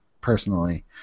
personally